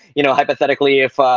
you know, hypothetically, if